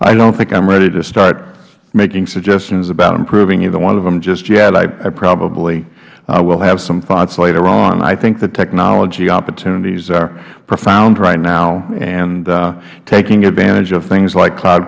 i don't think i'm ready to start making suggestions about improving either one of them just yet i probably will have some thoughts later on i think the technology opportunities are profound right now and taking advantage of things like